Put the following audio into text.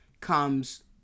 comes